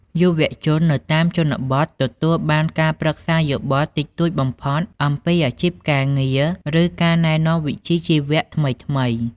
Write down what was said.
យុវជននៅតាមជនបទទទួលបានការប្រឹក្សាយោបល់តិចតួចបំផុតអំពីអាជីពការងារ ឬការណែនាំវិជ្ជាជីវៈថ្មីៗ។